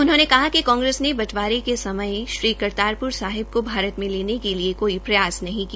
उन्होंने कहा कि कांग्रेस ने बंटवारे के समय श्री करतारप्र साहिब को भारत में लेने के लिए कोई प्रयासरत नहीं किया